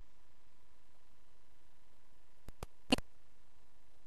לא, אבל